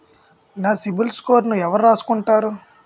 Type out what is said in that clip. నా సిబిల్ స్కోరును ఎవరు రాసుకుంటారు